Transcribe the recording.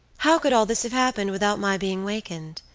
how could all this have happened without my being wakened?